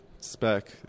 Spec